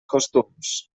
costums